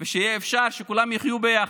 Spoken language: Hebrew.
ושיהיה אפשר שכולם יחיו ביחד.